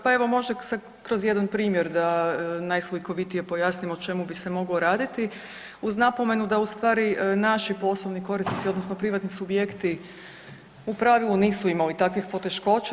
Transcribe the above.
Pa evo može se kroz jedan primjer da najslikovitije pojasnim o čemu bi se moglo raditi uz napomenu da u stvari naši poslovni korisnici odnosno privatni subjekti u pravilu nisu imali takvih poteškoća.